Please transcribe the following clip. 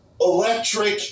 electric